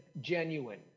genuine